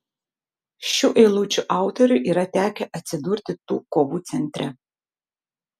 šių eilučių autoriui yra tekę atsidurti tų kovų centre